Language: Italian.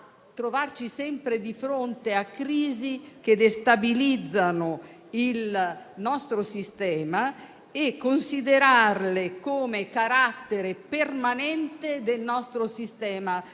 trovarci sempre di fronte a crisi che destabilizzano il nostro sistema e considerarle come un carattere permanente del nostro sistema